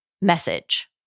message